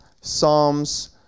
Psalms